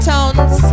Tones